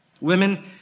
Women